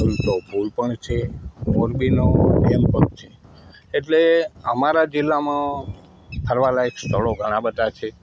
ઝુલતો પૂલ પણ છે મોરબીનો ડેમ પણ છે એટલે અમારા જિલ્લામાં ફરવાલાયક સ્થળો ઘણા બધા છે